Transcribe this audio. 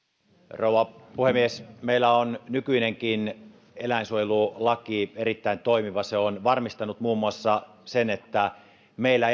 rouva puhemies meillä on nykyinenkin eläinsuojelulaki erittäin toimiva se on varmistanut muun muassa sen että meillä